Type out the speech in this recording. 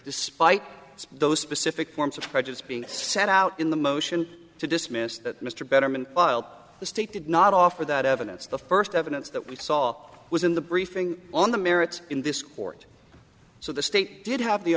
despite those specific forms of prejudice being set out in the motion to dismiss that mr betterman the state did not offer that evidence the first evidence that we saw was in the briefing on the merits in this court so the state did have the